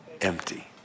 empty